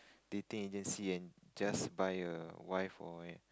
dating agency and just buy a wife or a